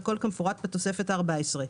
והכול כמפורט בתוספת הארבע-עשרה.